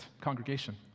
congregation